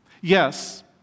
Yes